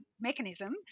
mechanism